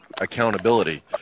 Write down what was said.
accountability